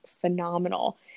phenomenal